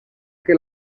que